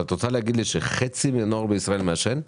את רוצה לומר לי שחצי מהנוער בישראל מעשן?